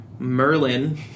Merlin